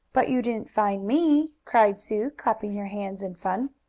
but you didn't find me! cried sue, clapping her hands in fun.